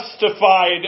justified